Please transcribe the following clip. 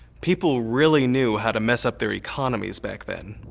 people really knew how to mess up their economies back then.